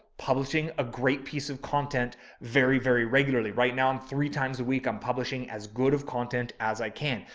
publishing a great piece of content very, very regularly. right now i'm three times a week. i'm publishing as good of content as i can.